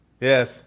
yes